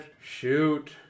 shoot